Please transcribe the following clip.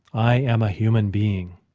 i am a human being.